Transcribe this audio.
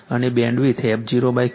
અને બેન્ડવિડ્થf0Q0 1006